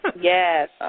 Yes